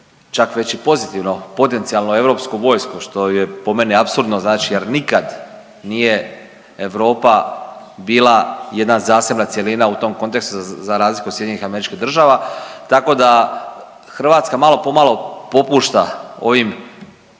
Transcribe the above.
čak već i pozitivno potencijalnu europsku vojsku što je po meni apsurdno znači jer nikad nije Europa bila jedna zasebna cjelina u tom kontekstu za razliku od SAD-a, tako da Hrvatska malo pomalo popušta ovim